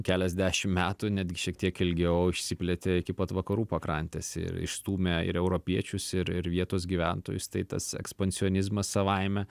keliasdešimt metų netgi šiek tiek ilgiau išsiplėtė iki pat vakarų pakrantės ir išstūmė ir europiečius ir ir vietos gyventojus tai tas ekspansionizmas savaime